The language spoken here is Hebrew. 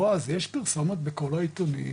בועז, יש פרסומת לשיווק בכל העיתונים